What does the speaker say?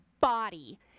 body